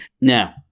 Now